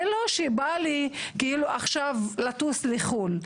זה לא שבא לי עכשיו לטוס לחו"ל.